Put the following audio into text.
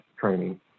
training